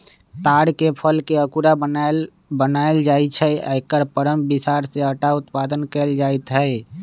तार के फलके अकूरा बनाएल बनायल जाइ छै आ एकर परम बिसार से अटा उत्पादन कएल जाइत हइ